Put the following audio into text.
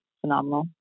phenomenal